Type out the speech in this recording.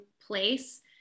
place